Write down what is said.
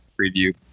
preview